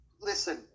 listen